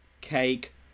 cake